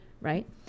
right